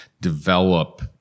develop –